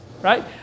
right